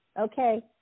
Okay